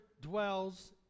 dwells